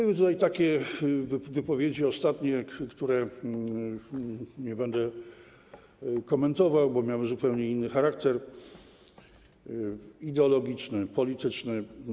Były takie wypowiedzi, te ostatnie, których nie będę komentował, bo miały zupełnie inny charakter: ideologiczny, polityczny.